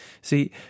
See